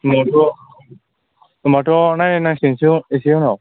होनबाथ' होनबाथ' नायनायनांसिगोनसो एसे उनाव